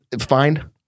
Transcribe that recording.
fine